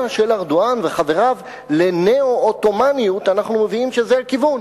של ארדואן וחבריו לניאו-עות'מאניות אנחנו מבינים שזה הכיוון,